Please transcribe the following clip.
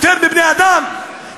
יותר מבני-אדם?